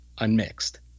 unmixed